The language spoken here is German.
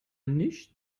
nicht